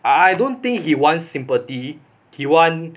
I I don't think he wants sympathy he want